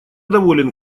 доволен